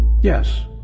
Yes